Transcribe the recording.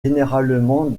généralement